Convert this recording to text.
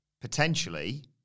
potentially